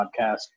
podcast